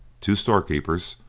two storekeepers,